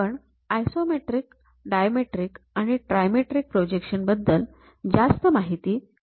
आपण isometric dimetric आणि trimetric projection बद्दल जास्त माहिती नंतर पाहणार आहोत